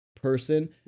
Person